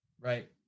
Right